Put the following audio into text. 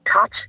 touch